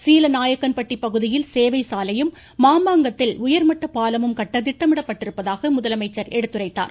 சீலநாயக்கன்பட்டி பகுதியில் சேவை சாலையும் மாமாங்கத்தில் உயர்மட்ட பாலமும் கட்ட திட்டமிடப்பட்டிருப்பதாக முதலமைச்சர் கூறினார்